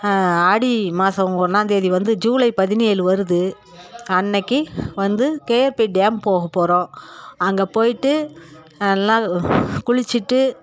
ஆடி மாசம் ஒன்றாந்தேதி வந்து ஜூலை பதினேழு வருது அன்றைக்கி வந்து கேஆர்பி டேம் போகப்போகிறோம் அங்கே போயிட்டு எல்லாம் குளிச்சுட்டு